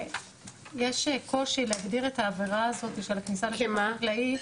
יש קושי להגדיר את העבירה הזאת של הכניסה לשטח החקלאי.